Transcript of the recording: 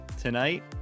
tonight